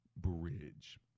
Bridge